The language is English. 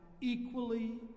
equally